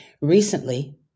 Recently